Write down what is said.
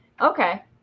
okay